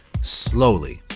slowly